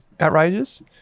outrageous